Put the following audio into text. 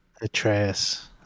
Atreus